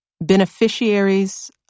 beneficiaries